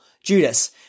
Judas